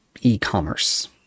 e-commerce